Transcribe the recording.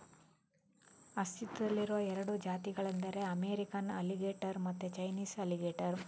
ಅಸ್ತಿತ್ವದಲ್ಲಿರುವ ಎರಡು ಜಾತಿಗಳೆಂದರೆ ಅಮೇರಿಕನ್ ಅಲಿಗೇಟರ್ ಮತ್ತೆ ಚೈನೀಸ್ ಅಲಿಗೇಟರ್